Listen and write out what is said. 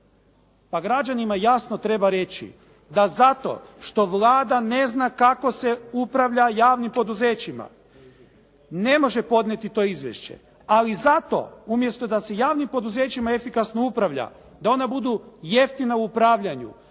Pa građanima jasno treba reći da zato što Vlada ne zna kako se upravlja javnim poduzećima ne može podnijeti to izvješće, ali zato umjesto da se javnim poduzećima efikasno upravlja, da ona budu jeftina u upravljanju,